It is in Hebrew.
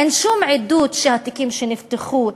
אין שום עדות שהתיקים שנפתחו,